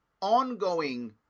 ongoing